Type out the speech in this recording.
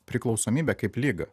priklausomybę kaip ligą